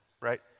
right